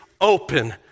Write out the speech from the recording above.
open